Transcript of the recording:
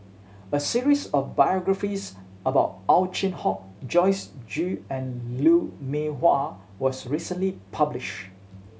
a series of biographies about Ow Chin Hock Joyce Jue and Lou Mee Wah was recently published